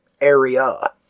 area